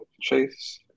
chase